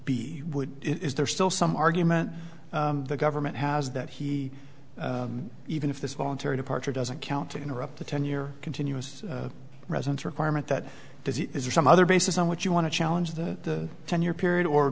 be would it is there still some argument the government has that he even if this voluntary departure doesn't count to interrupt the ten year continuous residence requirement that does it is there some other bases on what you want to challenge the ten year period or